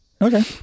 Okay